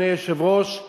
אדוני היושב-ראש,